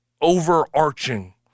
overarching –